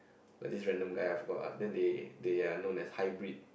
like this random guy ah I forgot ah then they they are known as hybrid